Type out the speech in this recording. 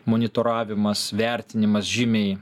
monitoravimas vertinimas žymiai